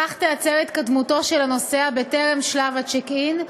כך תיעצר התקדמותו של הנוסע בטרם שלב ה"צ'ק אין"